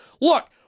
Look